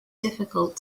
difficult